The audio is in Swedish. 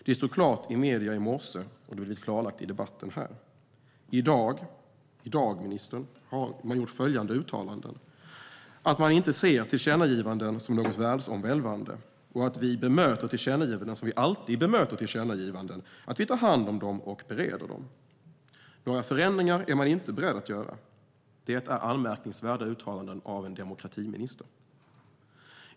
Det stod klart i medierna i morse, och det har blivit klarlagt i den här debatten. I dag har ministern uttalat att man inte ser tillkännagivanden som något världsomvälvande och att regeringen bemöter tillkännagivanden som man alltid bemöter tillkännagivanden, att man tar hand om dem och bereder dem. Några förändringar är man inte beredd att göra. Det är anmärkningsvärda uttalanden av en demokratiminister.